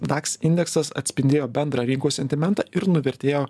daks indeksas atspindėjo bendrą rinkos sentimentą ir nuvertėjo